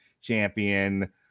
champion